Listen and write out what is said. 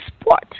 sport